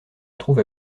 trouve